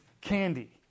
candy